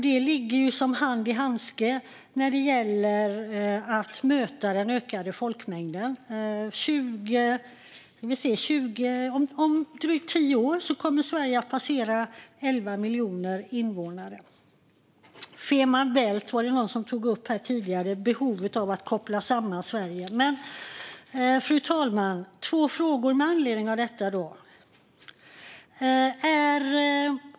Det passar som hand i handske när det gäller att möta den ökande folkmängden. Om drygt tio år kommer Sverige att passera 11 miljoner invånare. Fehmarn Bält och behovet av att koppla samman Sverige var det någon som tog upp här tidigare. Fru talman! Jag har två frågor med anledning av detta.